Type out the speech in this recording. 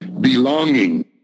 belonging